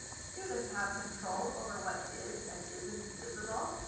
students have control over what is and isn't visible.